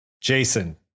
Jason